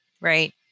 Right